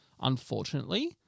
unfortunately